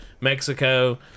Mexico